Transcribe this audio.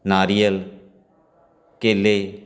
ਨਾਰੀਅਲ ਕੇਲੇ